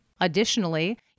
Additionally